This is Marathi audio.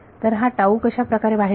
तर हा कशाप्रकारे बाहेर येईल